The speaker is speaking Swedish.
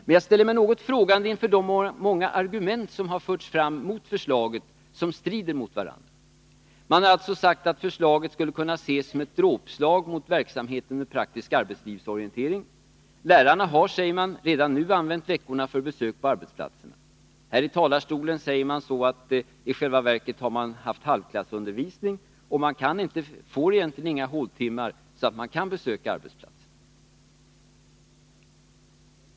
Men jag ställer mig något frågande inför de olika argument som har anförts mot förslaget. De strider mot varandra. Man har sagt att förslaget skulle kunna ses som ett dråpslag mot verksamheten med praktisk arbetslivsorientering. Lärarna har, menar man, redan nu använt prao-veckorna för besök på arbetsplatser. Här i talarstolen har anförts att lärarna i själva verket haft halvklassundervisning och att de inte får några håltimmar för besök på arbetsplatser.